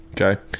Okay